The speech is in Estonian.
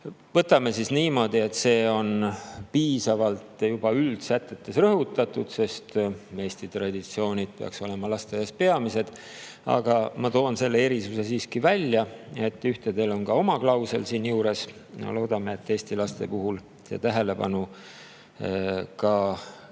Võtame siis niimoodi, et see on piisavalt juba üldsätetes rõhutatud, sest eesti traditsioonid peaksid olema lasteaias peamised. Aga ma toon selle erisuse siiski välja, et osal on ka oma klausel siin juures. Loodame, et eesti laste puhul säilib tähelepanu ka